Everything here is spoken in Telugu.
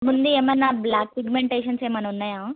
ముందు ఏమన్నా బ్లాక్ పిగ్మెంటేషన్స్ ఏమన్నా ఉన్నాయా